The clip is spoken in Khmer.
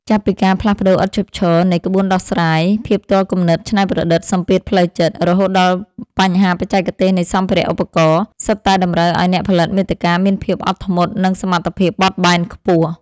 ចាប់ពីការផ្លាស់ប្តូរឥតឈប់ឈរនៃ ក្បួនដោះស្រាយ ភាពទាល់គំនិតច្នៃប្រឌិត សម្ពាធផ្លូវចិត្ត រហូតដល់បញ្ហាបច្ចេកទេសនៃសម្ភារៈឧបករណ៍ សុទ្ធតែតម្រូវឱ្យអ្នកផលិតមាតិកាមានភាពអត់ធ្មត់ និងសមត្ថភាពបត់បែនខ្ពស់។